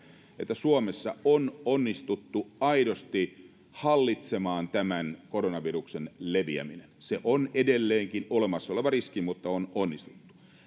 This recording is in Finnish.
että suomessa on onnistuttu aidosti hallitsemaan tämän koronaviruksen leviäminen se on edelleenkin olemassa oleva riski mutta on onnistuttu